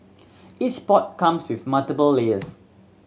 each pot comes with multiple layers